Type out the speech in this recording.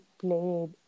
played